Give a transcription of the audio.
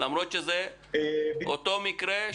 למרות שזה אותו מקרה?